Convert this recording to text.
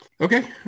Okay